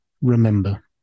remember